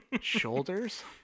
shoulders